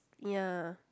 ya